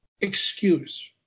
excuse